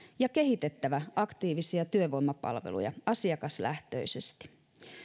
ja on kehitettävä aktiivisia työvoimapalveluja asiakaslähtöisesti